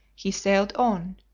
he sailed on,